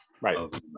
Right